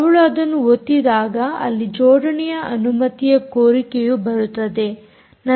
ಅವಳು ಅದನ್ನು ಒತ್ತಿದಾಗ ಅಲ್ಲಿ ಜೋಡನೆಯ ಅನುಮತಿ ಕೋರಿಕೆಯು ಬರುತ್ತದೆ